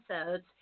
episodes